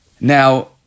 Now